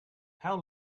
how